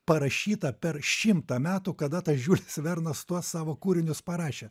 parašyta per šimtą metų kada tas žiulis vernas tuos savo kūrinius parašė